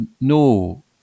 no